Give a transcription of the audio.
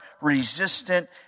resistant